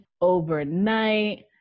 overnight